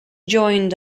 joined